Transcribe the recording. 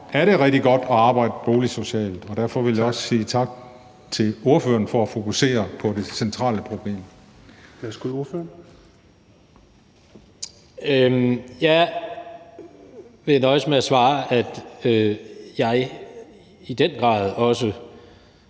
er det rigtig godt at arbejde boligsocialt, og derfor vil jeg også sige tak til ordføreren for at fokusere på det centrale problem. Kl. 16:25 Fjerde næstformand (Rasmus